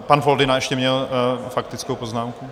Pan Foldyna ještě měl faktickou poznámku.